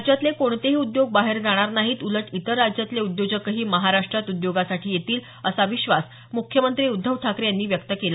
राज्यातले कोणतेही उद्योग बाहेर जाणार नाहीत उलट इतर राज्यातले उद्योजकही महाराष्ट्रात उद्योगासाठी येतील असा विश्वास मुख्यमंत्री उद्धव ठाकरे यांनी व्यक्त केला